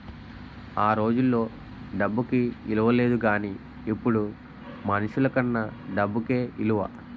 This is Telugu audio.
ఆ రోజుల్లో డబ్బుకి ఇలువ లేదు గానీ ఇప్పుడు మనుషులకన్నా డబ్బుకే ఇలువ